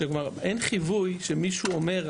אין חיווי שמישהו אומר,